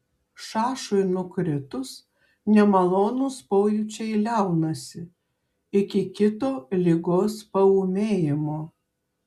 šašui nukritus nemalonūs pojūčiai liaunasi iki kito ligos paūmėjimo